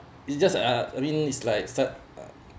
it's just uh I mean is like start